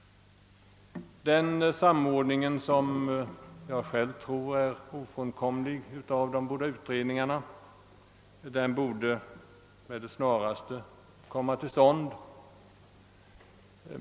Denna samordning av de båda utredningarna, som jag själv tror är ofrånkomlig, borde med det snaraste komma till stånd.